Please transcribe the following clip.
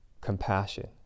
compassion